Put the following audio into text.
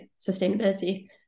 sustainability